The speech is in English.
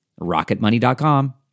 Rocketmoney.com